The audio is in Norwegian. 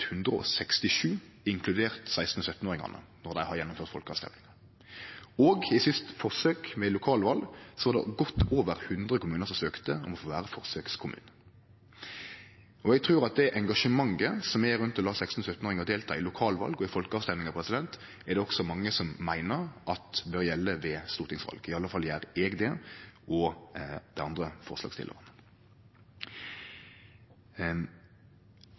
167 inkludert 16- og 17-åringane når dei har gjennomført folkeavrøysting. I siste forsøk med lokalval var det godt over 100 kommunar som søkte om å få vere forsøkskommune. Eg trur at det engasjementet som er rundt det å la 16- og 17-åringar få delta i lokalval og folkeavrøystingar, er det også mange som meiner bør gjelde ved stortingsval. Iallfall gjer eg og dei andre forslagsstillarane